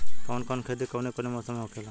कवन कवन खेती कउने कउने मौसम में होखेला?